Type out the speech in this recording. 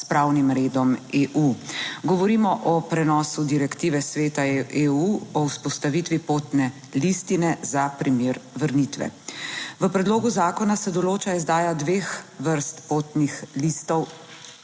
pravnim redom EU. Govorimo o prenosu direktive Sveta EU o vzpostavitvi potne listine za primer vrnitve. V predlogu zakona se določa izdaja dveh vrst potnih listov,